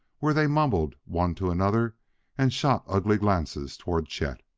where they mumbled one to another and shot ugly glances toward chet.